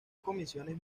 comisiones